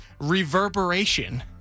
reverberation